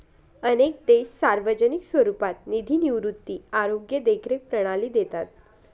अनेक देश सार्वजनिक स्वरूपात निधी निवृत्ती, आरोग्य देखरेख प्रणाली देतात